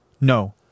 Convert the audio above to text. No